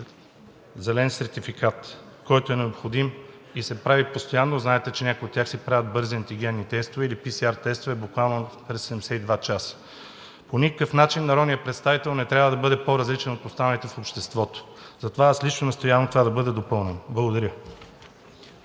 зелен сертификат, който е необходим и се прави постоянно. Знаете, че някои от тях си правят бързи антигенни тестове или PCR тестове буквално през 72 часа. По никакъв начин народният представител не трябва да бъде по-различен от останалите в обществото. Затова аз лично настоявам това да бъде допълнено. Благодаря.